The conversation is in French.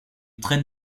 traite